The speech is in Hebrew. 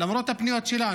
למרות הפניות שלנו.